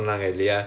oh